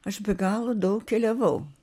aš be galo daug keliavau